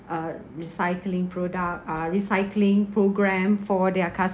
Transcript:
uh recycling product uh recycling programme for their